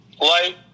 light